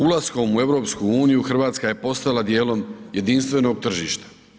Ulaskom u EU RH je postala dijelom jedinstvenog tržišta.